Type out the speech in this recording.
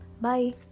Bye